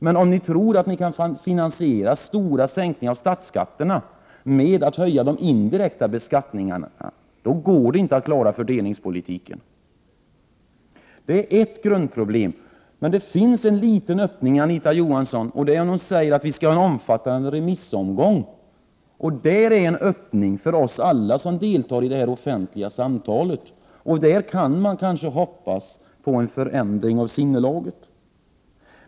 Men om ni tror att ni kan finansiera stora sänkningar av statsskatterna genom att höja den indirekta beskattningen, går det inte att klara fördelningspolitiken. Detta är ett grundproblem. Det finns emellertid en liten öppning. Det är när Anita Johansson säger att vi skall ha en omfattande remissomgång. Där är en öppning för oss alla som deltar i detta offentliga samtal. Där kan man kanske hoppas på en förändring av sinnelaget.